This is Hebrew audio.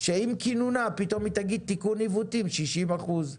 שעם כינונה פתאום היא תגיד "תיקון עיוותים 60-70%".